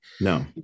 No